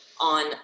on